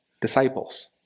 disciples